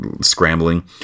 scrambling